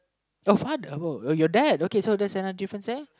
your father uh your dad okay that's another difference there